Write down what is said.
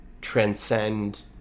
transcend